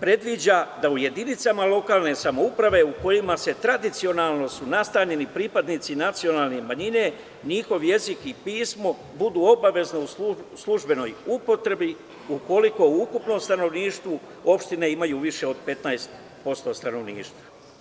predviđa da u jedinicama lokalne samouprave u kojima su tradicionalno nastanjeni pripadnici nacionalne manjine, njihov jezik i pismo, budu obavezno u službenoj upotrebi ukoliko u ukupnom stanovništvu opštine imaju više od 15% stanovništva.